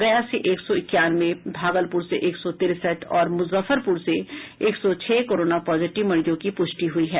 गया से एक सौ इक्यानवे भागलपुर से एक सौ तिरेसठ और मुजफ्फरपुर से एक सौ छह कोरोना पॉजिटिव मरीजों की पुष्टि हुई है